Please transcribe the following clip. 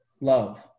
love